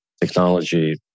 technology